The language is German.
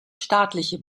staatliche